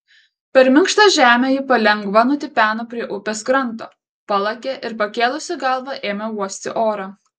per minkštą žemę ji palengva nutipeno prie upės kranto palakė ir pakėlusi galvą ėmė uosti orą